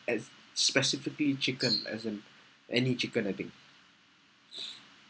as specifically chicken as in any chicken I think